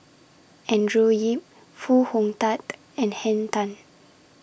Andrew Yip Foo Hong Tatt and Henn Tan